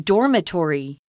Dormitory